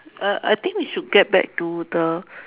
uh I think we should get back to the